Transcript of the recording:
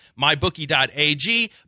mybookie.ag